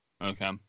Okay